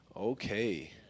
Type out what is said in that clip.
okay